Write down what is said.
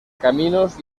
caminos